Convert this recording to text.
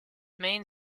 domain